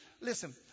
Listen